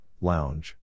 lounge